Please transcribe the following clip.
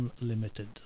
unlimited